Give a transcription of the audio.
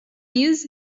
use